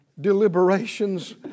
deliberations